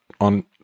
on